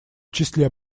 числе